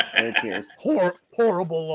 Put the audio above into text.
Horrible